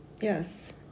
Yes